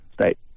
state